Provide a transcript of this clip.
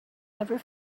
ever